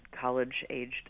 college-aged